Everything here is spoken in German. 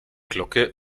glocke